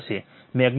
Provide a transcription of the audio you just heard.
magnitude 22